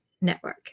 network